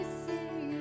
see